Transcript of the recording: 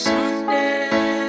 Sunday